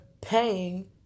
paying